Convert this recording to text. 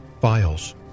Files